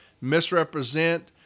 misrepresent